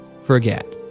forget